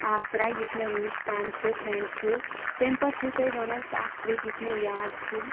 آسٕرا یُس مےٚ وٕنیُک تام تہِ فریٚنٛڈ چھِ تٔمۍ پَتہٕ چھُو تُہۍ وَنان سٔہ اَکھ ٹرپ یُس مےٚ یاد چھِ